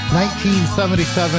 1977